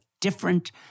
different